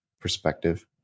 perspective